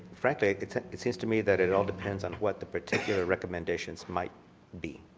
frankly it it seems to me that it all depends on what the particular recommendations might be.